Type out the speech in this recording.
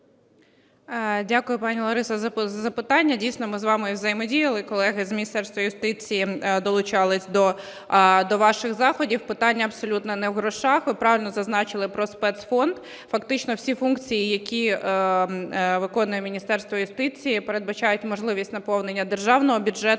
Дякую, пані Лариса, за запитання. Дійсно, ми з вами взаємодіяли, колеги з Міністерства юстиції долучались до ваших заходів. Питання абсолютно не в грошах. Ви правильно зазначили про спецфонд. Фактично всі функції, які виконує Міністерство юстиції, передбачають можливість наповнення державного бюджету,